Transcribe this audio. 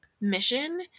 mission